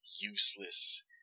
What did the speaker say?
useless